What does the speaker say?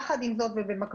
יחד עם זאת ובמקביל,